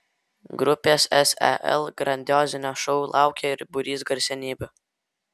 grupės sel grandiozinio šou laukia ir būrys garsenybių